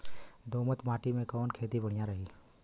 दोमट माटी में कवन खेती बढ़िया रही?